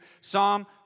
Psalm